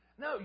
No